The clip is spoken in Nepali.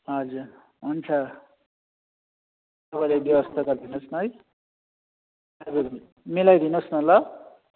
हजुर हुन्छ तपाईँले व्यवस्था गरिदिनुहोस् न है मिलाइदिनुहोस् न ल